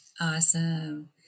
Awesome